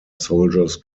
soldiers